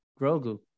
Grogu